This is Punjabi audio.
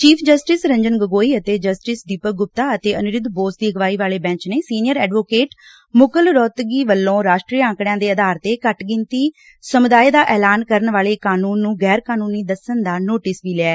ਚੀਫ਼ ਜਸਟਿਸ ਰੰਜਨ ਗੋਗੋਈ ਅਤੇ ਜਸਟਿਸ ਦੀਪਕ ਗੁਪਤਾ ਅਤੇ ਅਨੀਰੁੱਧ ਬੋਸ ਦੀ ਅਗਵਾਈ ਵਾਲੇ ਬੈਂਚ ਨੇ ਸੀਨੀਅਰ ਐਡਵੋਕੇਟ ਮੁਕੂਲ ਰੋਹਤਗੀ ਵੱਲੋਂ ਰਾਸ਼ਟਰੀ ਅੰਕੜਿਆਂ ਦੇ ਆਧਾਰ ਤੇ ਘੱਟ ਗਿਣਤੀ ਭਾਈਚਾਰੇ ਦਾ ਐਲਾਨ ਕਰਨ ਵਾਲੇ ਕਾਨੂੰਨ ਨੂੰ ਗੈਰਕਾਨੂੰਨੀ ਦੱਸਣ ਦਾ ਨੋਟਿਸ ਵੀ ਲਿਐ